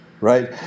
Right